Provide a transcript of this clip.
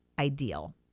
ideal